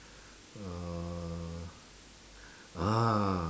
uh ah